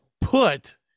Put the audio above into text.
put